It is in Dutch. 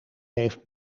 heeft